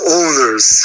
owners